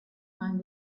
might